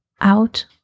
out